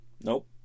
Nope